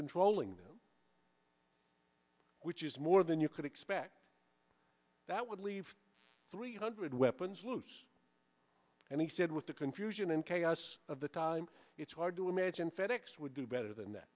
controlling them which is more than you could expect that would leave three hundred weapons loose and he said with the confusion and chaos of the time it's hard to imagine fed ex would do better than that